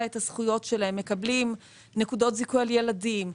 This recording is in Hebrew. את הזכויות שלהם; מקבלים נקודות זיכוי על ילדים,